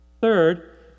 Third